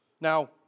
Now